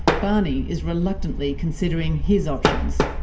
barney is reluctantly considering his options.